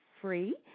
Free